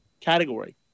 category